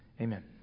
Amen